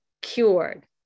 cured